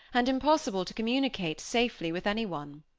and impossible to communicate safely with anyone.